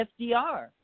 FDR